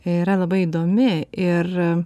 yra labai įdomi ir